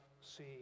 see